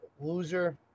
loser